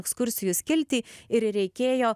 ekskursijų skiltį ir reikėjo